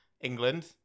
England